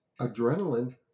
Adrenaline